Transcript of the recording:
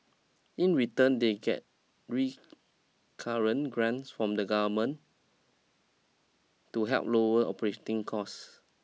in return they get recurrent grants from the government to help lower operating costs